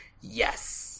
Yes